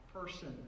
person